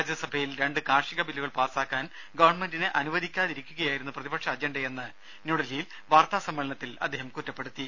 രാജ്യ സഭയിൽ രണ്ട് കാർഷിക ബില്ലുകൾ പാസാക്കാൻ ഗവൺമെന്റിനെ അനുവദിക്കാതിരിക്കുകയായിരുന്നു പ്രതിപക്ഷ അജണ്ടയെന്ന് ന്യൂഡൽഹിയിൽ വാർത്താ സമ്മേളനത്തിൽ അദ്ദേഹം അറിയിച്ചു